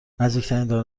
نزدیکترین